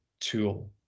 tool